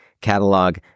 catalog